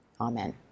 Amen